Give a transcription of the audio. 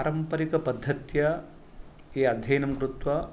पारम्परिकपद्धत्या ये अध्ययनं कृत्वा